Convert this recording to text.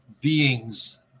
beings